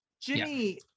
Jimmy